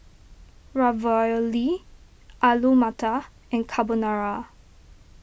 Ravioli Alu Matar and Carbonara